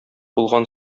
булган